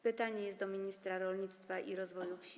Pytanie jest do ministra rolnictwa i rozwoju wsi.